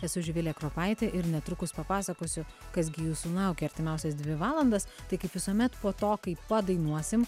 esu živilė kropaitė ir netrukus papasakosiu kas gi jūsų laukia artimiausias dvi valandas tai kaip visuomet po to kai padainuosim